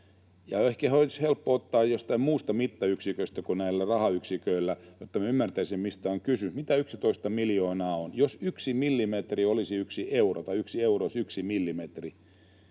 Ehkä olisi helppo ottaa mallia jostain muusta mittayksiköstä kuin näistä rahayksiköistä, jotta me ymmärtäisimme, mistä on kysymys, mitä 11 miljoonaa on. Jos 1 millimetri olisi 1 euro tai 1 euro olisi 1 millimetri,